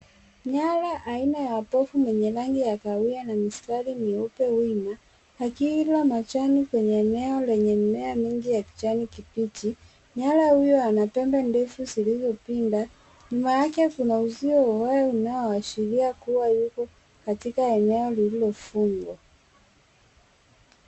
Mnyama aina ya pofu mwenye rangi ya kahawia na mistari mieupe wima akila majani kwenye mimea mingi ya kijani kibichi. Mnyama huyu anapembe ndefu zilizo pinda. Nyuma yake kuna uzio wa waya unao ashiria kuwa yupo katika eneo lililo fungwa.